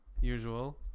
usual